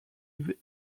ives